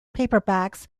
paperbacks